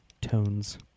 tones